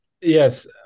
Yes